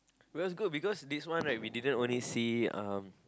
it was good because this one we didn't only see um